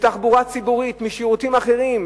מתחבורה ציבורית, משירותים אחרים.